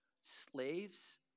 slaves